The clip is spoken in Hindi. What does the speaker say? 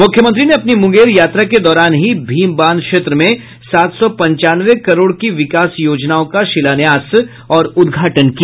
मुख्यमंत्री ने अपनी मुंगेर यात्रा के दौरान ही भीम बांध क्षेत्र में सात सौ पंचानवे करोड़ की विकास योजनाओं का शिलान्यास और उद्घाटन किया